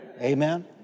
amen